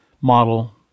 model